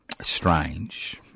strange